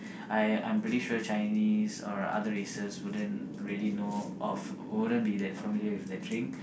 I I'm pretty sure Chinese or other races wouldn't really know of wouldn't be that familiar with the drink